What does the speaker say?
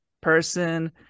person